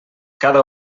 cada